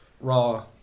raw